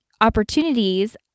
opportunities